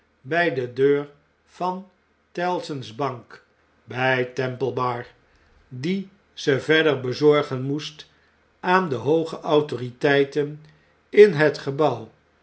by de deur van tellson's bank by temple bar die ze verder bezorgen moest aan de hooge autoriteiten in het gebouw